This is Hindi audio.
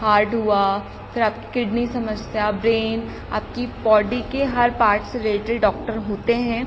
हार्ट हुआ फिर आप किडनी समस्या ब्रेन आपकी बॉडी के हर पार्ट से रिलेटेड डॉक्टर होते हैं